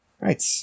right